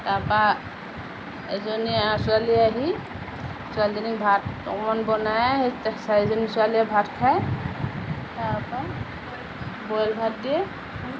তাৰপৰা এজনী ছোৱালী আহি ছোৱালীজনীক ভাত অকণমান বনাই চাৰিজনী ছোৱালীয়ে ভাত খায় তাৰপৰা বইল ভাত দিয়ে